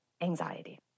anxiety